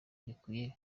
gikwiye